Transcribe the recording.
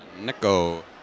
Neko